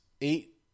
eight